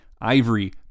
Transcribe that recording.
ivory